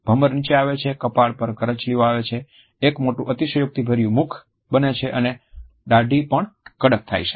ભમર નીચે આવે છે કપાળ પર કરચલીઓ આવે છે એક મોટું અતિશયોક્તિ ભર્યું મુખ બને છે અને દાઢી પણ કડક થાય છે